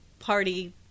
party